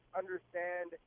understand